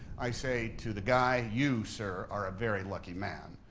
i say to the guy, you, sir, are a very lucky man.